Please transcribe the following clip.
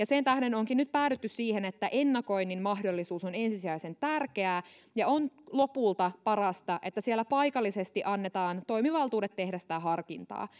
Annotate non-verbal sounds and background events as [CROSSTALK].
[UNINTELLIGIBLE] sen tähden onkin nyt päädytty siihen että ennakoinnin mahdollisuus on ensisijaisen tärkeää ja on lopulta parasta että siellä paikallisesti annetaan toimivaltuudet tehdä sitä harkintaa [UNINTELLIGIBLE]